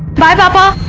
vibha.